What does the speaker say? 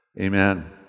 Amen